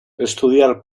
estudiar